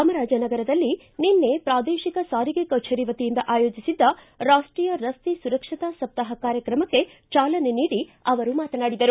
ಚಾಮರಾಜನಗರದಲ್ಲಿ ನಿನ್ನೆ ಪ್ರಾದೇಶಿಕ ಸಾರಿಗೆ ಕಚೇರಿ ವತಿಯಿಂದ ಆಯೋಜಿಸಿದ್ದ ರಾಷ್ಷೀಯ ರಸ್ತೆ ಸುರಕ್ಷತಾ ಸಪ್ತಾಹ ಕಾರ್ಯಕ್ರಮಕ್ಕೆ ಚಾಲನೆ ನೀಡಿ ಅವರು ಮಾತನಾಡಿದರು